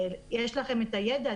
יש לכם את הידע,